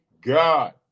God